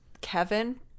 Kevin